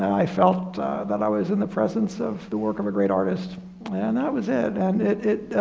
i felt that i was in the presence of the work of a great artist. and that was it and it,